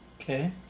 Okay